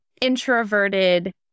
introverted